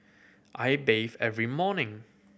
I bathe every morning